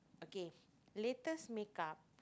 okay latest makeup